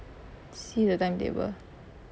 see the timetable